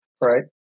right